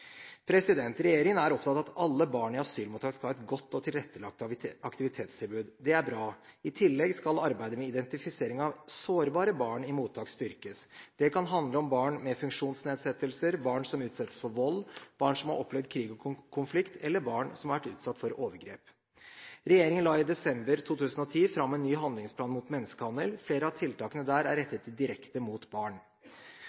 Regjeringen er opptatt av at alle barn i asylmottak skal ha et godt og tilrettelagt aktivitetstilbud – det er bra. I tillegg skal arbeidet med identifisering av sårbare barn i mottak styrkes. Det kan handle om barn med funksjonsnedsettelser, om barn som utsettes for vold, om barn som har opplevd krig og konflikt, eller om barn som har vært utsatt for overgrep. Regjeringen la i desember 2010 fram en ny handlingsplan mot menneskehandel. Flere av tiltakene der er